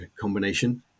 combination